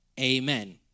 Amen